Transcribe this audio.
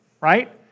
right